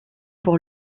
pour